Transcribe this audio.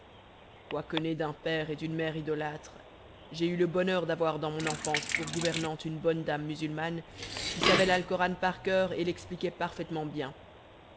quoique né d'un père et d'une mère idolâtres j'ai eu le bonheur d'avoir dans mon enfance pour gouvernante une bonne dame musulmane qui savait l'alcoran par coeur et l'expliquait parfaitement bien